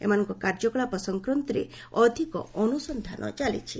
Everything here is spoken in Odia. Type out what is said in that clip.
ଏମାନଙ୍କ କାର୍ଯ୍ୟକଳାପ ସଂକ୍ରାନ୍ତରେ ଅଧିକ ଅନୁସନ୍ଧାନ ଚାଲିଛି